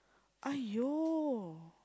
!aiyo!